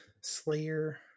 slayer